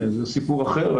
זה סיפור אחר.